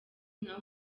nka